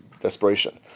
desperation